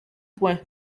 point